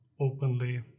openly